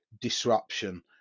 disruption